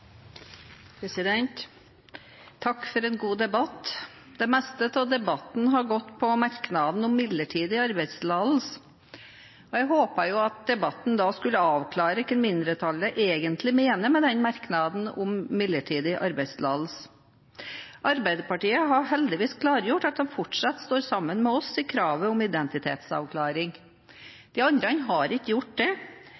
Takk for en god debatt. Det meste av debatten har gått på merknaden om midlertidig arbeidstillatelse, og jeg håpet jo da at debatten skulle avklare hva mindretallet egentlig mener med den merknaden om midlertidig arbeidstillatelse. Arbeiderpartiet har heldigvis klargjort at de fortsatt står sammen med oss i kravet om identitetsavklaring. De andre har ikke gjort det.